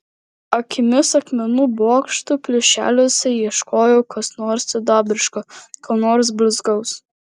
akimis akmenų bokštų plyšeliuose ieškojau ko nors sidabriško ko nors blizgaus